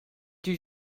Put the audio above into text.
did